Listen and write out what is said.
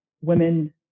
women